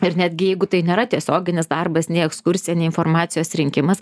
ir netgi jeigu tai nėra tiesioginis darbas nei ekskursija nei informacijos rinkimas